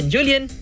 Julian